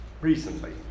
recently